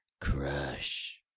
Crush